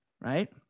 right